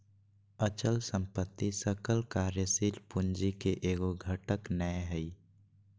अचल संपत्ति सकल कार्यशील पूंजी के एगो घटक नै हइ